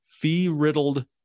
fee-riddled